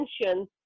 attention